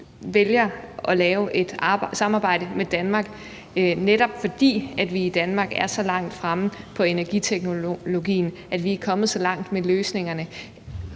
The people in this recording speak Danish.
vælger at lave et samarbejde med Danmark, netop fordi vi i Danmark er så langt fremme på energiteknologien, altså at vi er kommet så langt med løsningerne,